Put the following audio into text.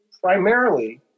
primarily